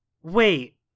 wait